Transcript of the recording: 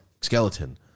skeleton